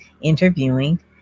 interviewing